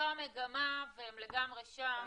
זו המגמה והם לגמרי שם ומעודדים את זה.